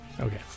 Okay